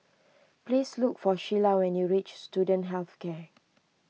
please look for Sheilah when you reach Student Health Care